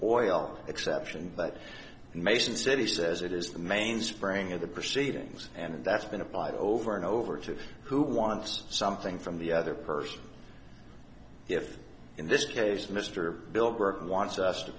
oil exception but mason city says it is the mainspring of the proceedings and that's been applied over and over to who wants something from the other person if in this case mr bill burton wants us to